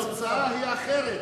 התוצאה היא אחרת.